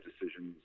decisions